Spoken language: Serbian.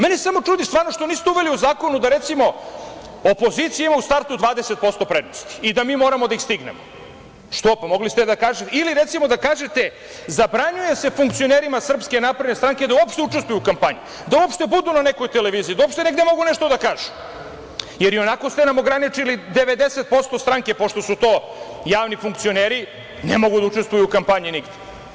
Mene samo čudi stvarno što niste uneli u zakon, da recimo, opozicija ima u startu 20% prednosti, i da mi moramo da ih stignemo, što, pa mogli ste da kažete, ili recimo da kažete zabranjuje se funkcionerima SNS da uopšte učestvuju u kampanji i da budu na nekoj televiziji i da uopšte mogu negde nešto da kažu, jer ionako ste nam ograničili 90% stranke, pošto su to javni funkcioneri, ne mogu da učestvuju u kampanji nigde.